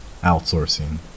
outsourcing